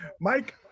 Mike